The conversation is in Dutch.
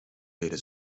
leren